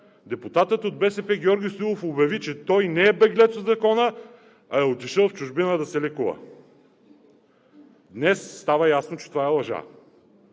депутатът от БСП Георги Стоилов обяви, че той не е беглец от Закона, а е отишъл в чужбина да се лекува. Днес става ясно, че това е лъжа.